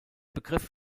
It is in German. begriff